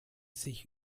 sich